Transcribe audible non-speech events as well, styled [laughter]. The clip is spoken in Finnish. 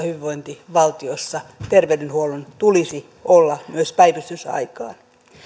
[unintelligible] hyvinvointivaltiossa terveydenhuollon tulisi olla myös päivystysaikaan